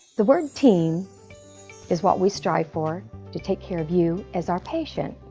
the word team is what we strive for to take care of you as our patient.